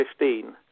2015